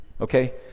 Okay